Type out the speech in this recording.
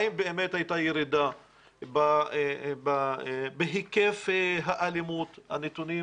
האם באמת הייתה ירידה בהיקף האלימות, הנתונים